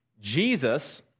Jesus